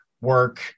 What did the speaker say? work